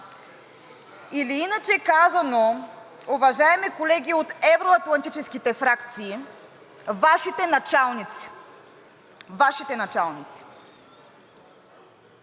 Или иначе казано, уважаеми колеги от евроатлантическите фракции, Вашите началници. Вашите началници.